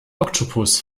oktopus